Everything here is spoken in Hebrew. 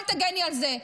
אל תגני על זה.